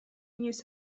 inoiz